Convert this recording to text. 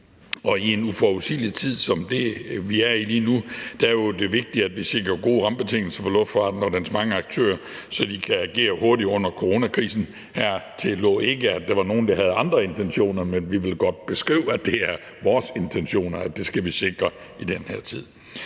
og i en uforudsigelig tid som den, vi er i lige nu, er det jo vigtigt, at vi sikrer gode rammebetingelser for luftfarten og dens mange aktører, så de kan agere hurtigt under coronakrisen. Heri lå ikke, at der var nogen, der havde andre intentioner, men vi vil godt beskrive, at det er vores intentioner, og at vi skal sikre det i den her tid.